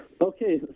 Okay